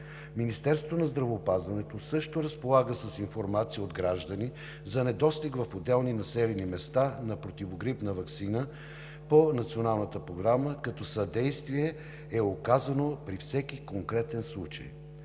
Министерството на здравеопазването също разполага с информация от граждани за недостиг в отделни населени места на противогрипна ваксина по Националната програма, като съдействие е оказано при всеки конкретен случай.